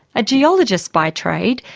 a geologist by trade,